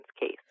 case